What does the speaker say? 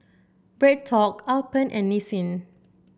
BreadTalk Alpen and Nissin